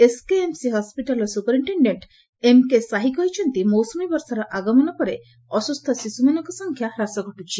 SKMC ହସ୍କିଟାଲ୍ର superintendent SK Sahi କହିଛନ୍ତି ମୌସୁମୀ ବର୍ଷାର ଆଗମନ ପରେ ଅସୁସ୍ଥ ଶିଶୁମାନଙ୍କ ସଂଖ୍ୟା ହ୍ରାସ ଘଟୁଛି